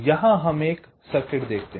यहां हम एक सर्किट देखते है